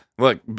Look